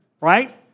right